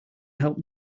help